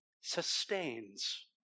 sustains